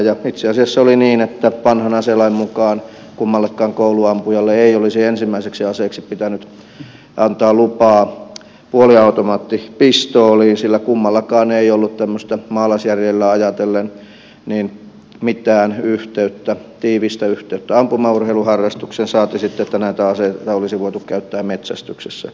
ja itse asiassa oli niin että vanhan aselain mukaan kummallekaan kouluampujalle ei olisi ensimmäiseksi aseeksi pitänyt antaa lupaa puoliautomaattipistooliin sillä kummallakaan ei ollut maalaisjärjellä ajatellen mitään tiivistä yhteyttä ampumaurheiluharrastukseen saati sitten että näitä aseita olisi voitu käyttää metsästyksessä